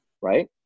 right